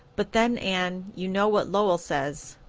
but then, anne, you know what lowell says,